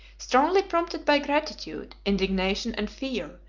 strongly prompted by gratitude, indignation, and fear,